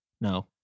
No